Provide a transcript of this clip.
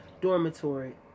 dormitory